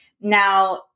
Now